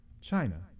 China